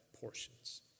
portions